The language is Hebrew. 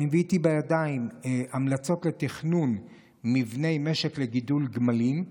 אני מביא איתי בידיים המלצות לתכנון מבני משק לגידול גמלים.